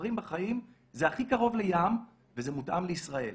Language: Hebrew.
"בוחרים בחיים" זה הכי קרוב ל"ים" וזה מותאם לישראל.